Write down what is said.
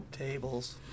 Tables